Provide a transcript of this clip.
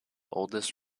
oldest